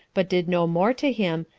but did no more to him,